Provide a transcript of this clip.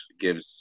gives